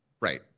Right